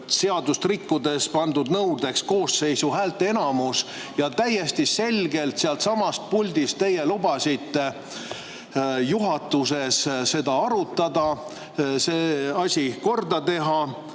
seadust rikkudes pandud nõudeks koosseisu häälteenamus. Te täiesti selgelt sealtsamast puldist lubasite juhatuses seda arutada, see asi korda teha.